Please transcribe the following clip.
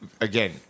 again